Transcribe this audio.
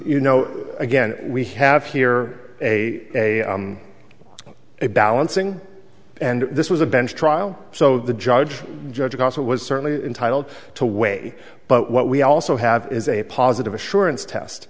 you know again we have here a a a balancing and this was a bench trial so the judge judge also was certainly entitled to weigh but what we also have is a positive assurance test